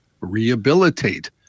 rehabilitate